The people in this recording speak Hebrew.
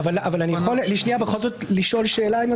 אני יכול בכל זאת לשאול שאלה?